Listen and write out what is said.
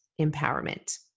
empowerment